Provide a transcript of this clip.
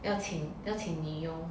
要请要请女佣